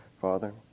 Father